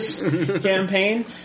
campaign